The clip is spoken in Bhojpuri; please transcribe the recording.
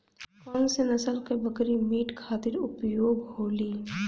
कौन से नसल क बकरी मीट खातिर उपयोग होली?